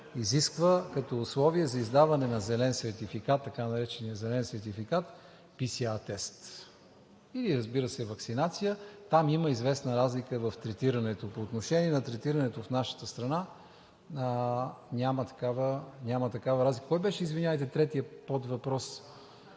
изискват като условие за издаване на зелен сертификат така наречения зелен сертификат, PСR тест или, разбира се, ваксинация. Там има известна разлика в третирането. По отношение на третирането в нашата страна няма такава разлика. Кой беше, извинявайте, третият подвъпрос?